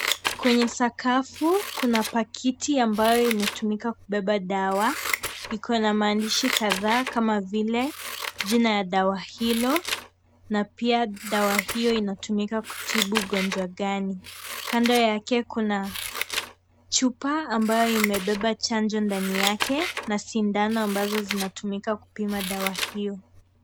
Kwenye sakafu kuna pakiti ambayo imetumika kubeba dawa. Iko na maandishi kadhaa kama vile jina ya dawa hilo na pia dawa hiyo inatumika kutibu ugonjwa gani. Kando yake kuna chupa ambayo imebeba chanjo ndani yake na sindano ambazo zinatumika kupima dawa hiyo.